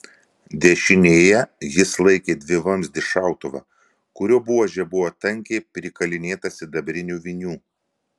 dešinėje jis laikė dvivamzdį šautuvą kurio buožė buvo tankiai prikalinėta sidabrinių vinių